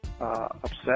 upset